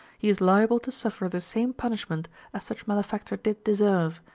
he is liable to sufiter the same punishment as such malefactor did deserve,